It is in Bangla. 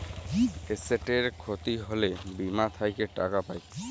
এসেটের খ্যতি হ্যলে বীমা থ্যাকে টাকা পাই